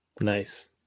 nice